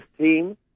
team